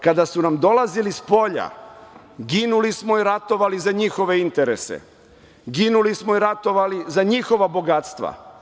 Kada su nam dolazili spolja, ginuli smo i ratovali za njihove interese, ginuli smo i ratovali za njihova bogatstva.